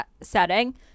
setting